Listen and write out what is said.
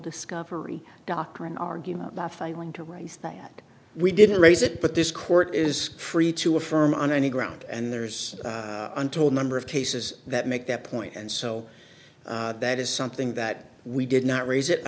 discovery doctrine argument by filing to raise that we didn't raise it but this court is free to affirm on any ground and there's untold number of cases that make that point and so that is something that we did not raise it i